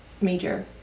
major